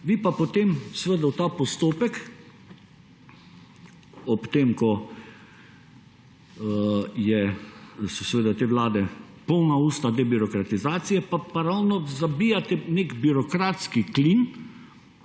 Vi pa potem v ta postopek ob tem, ko so seveda te vlade polna usta debirokratizacije, ravno zabijate nek birokratski klin,